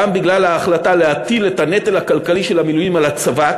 גם בגלל ההחלטה להטיל את הנטל הכלכלי של המילואים על הצבא,